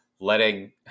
letting